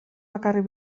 bakarrik